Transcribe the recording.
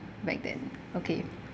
back then okay